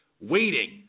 waiting